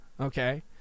okay